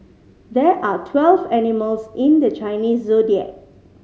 there are twelve animals in the Chinese Zodiac